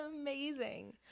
amazing